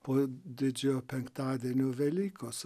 po didžiojo penktadienio velykos